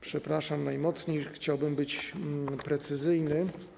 Przepraszam najmocniej, chciałbym być precyzyjny.